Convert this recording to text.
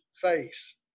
face